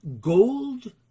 gold